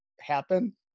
happen